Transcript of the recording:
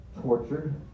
tortured